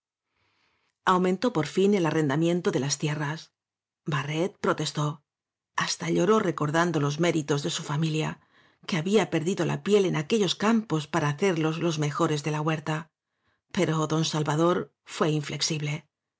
aumentó por fin el arrendamiento de las tierras barret protestó hasta lloró recor dando los méritos de su familia que había per dido la piel en aquellos campos para hacerlos los mejores de la huerta pero don salvador fué inflexible